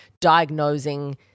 diagnosing